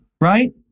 right